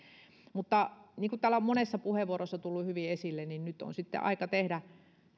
niin kuin täällä on monessa puheenvuorossa tullut hyvin esille niin nyt on sitten aika tehdä